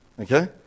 Okay